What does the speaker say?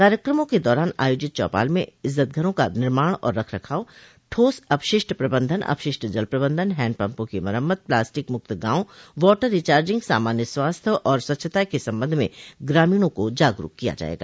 कार्यक्रमों के दौरान आयोजित चौपाल में इज्जतघरों का निर्माण और रख रखाव ठोस अपशिष्ट प्रबंधन अपशिष्ट जल प्रबंधन हैंड पम्पों की मरम्मत प्लास्टिक मुक्त गांव वाटर रिचार्जिंग सामान्य स्वास्थ्य और स्वच्छता के संबंध में ग्रामीणों को जागरूक किया जायेगा